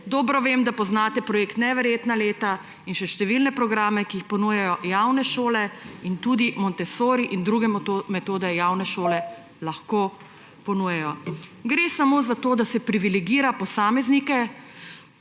Dobro vem, da poznate projekt Neverjetna leta in še številne programe, ki jih ponujajo javne šole, in tudi montessori in druge metode javne šole lahko ponujajo. Gre samo za to, da se privilegira posameznike,